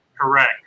Correct